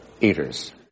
eaters